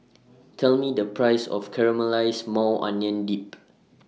Tell Me The Price of Caramelized Maui Onion Dip